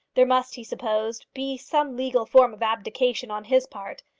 there must, he supposed, be some legal form of abdication on his part,